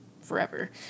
forever